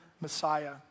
Messiah